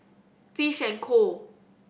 Fish and Co